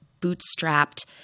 bootstrapped